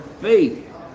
faith